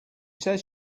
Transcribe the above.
says